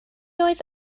oedd